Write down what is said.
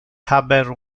haber